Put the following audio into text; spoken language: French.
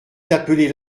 d’appeler